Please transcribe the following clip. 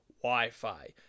Wi-Fi